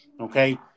okay